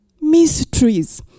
Mysteries